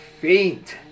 faint